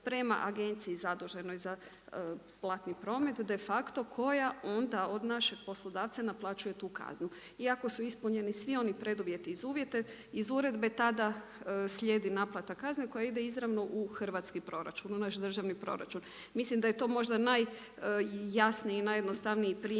prema agenciji zaduženoj za platni promet de facto koja onda od našeg poslodavca naplaćuju tu kaznu. I ako su ispunjeni svi oni preduvjeti iz uredbe tada slijedi naplata kazne koja ide izravno u hrvatski proračun u naš državni proračun. Mislim da je to možda najjasniji i najjednostavniji primjer